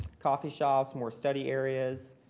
coffee shops, more study areas.